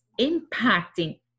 impacting